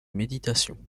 méditation